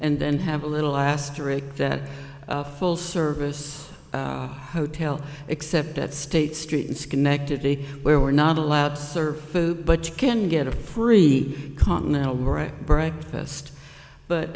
and then have a little asterisk that full service hotel except at state street in schenectady where we're not allowed to serve food but you can get a free continental right breakfast but